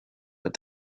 but